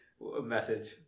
Message